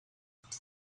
but